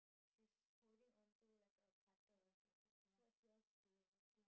she's holding onto like a cutter what's yours doing